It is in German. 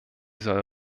soll